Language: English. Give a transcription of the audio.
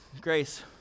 Grace